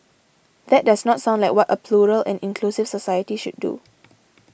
that does not sound like what a plural and inclusive society should do